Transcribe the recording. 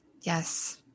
Yes